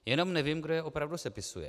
Jenom nevím, kdo je opravdu sepisuje.